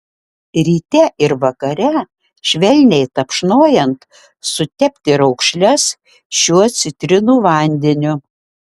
ryte ir vakare švelniai tapšnojant sutepti raukšles šiuo citrinų vandeniu